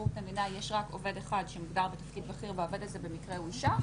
רק עובד אחד שמוגדר בתפקיד בכיר והעובד הזה במקרה הוא אישה,